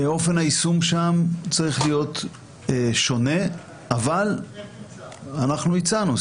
אופן היישום שם צריך להיות שונה אבל אנחנו הצענו,